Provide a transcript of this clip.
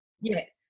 Yes